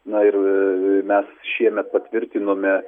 na ir mes šiemet patvirtinome